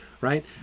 right